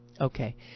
Okay